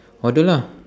order lah